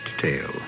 tale